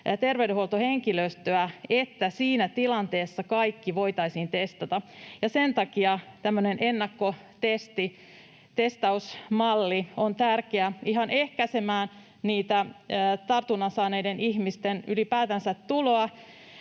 terveydenhuoltohenkilöstöä siirtää rajoille, että siinä tilanteessa kaikki voitaisiin testata. Ja sen takia tämmöinen ennakkotestausmalli on tärkeä: ylipäätään ehkäisemään tartunnan saaneiden ihmisten tuloa